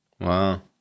Wow